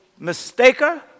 mistaker